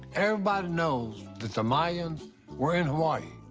everybody knows that the mayans were in hawaii.